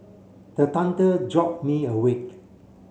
the thunder jolt me awake